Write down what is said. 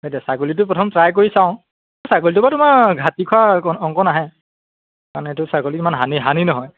এতিয়া ছাগলীটো প্ৰথম ট্ৰাই কৰি চাওঁ ছাগলীটো বাৰু তোমাৰ ঘাটি খোৱা অংক আহে কাৰণে এইটো ছাগলী ইমান হানি হানি নহয়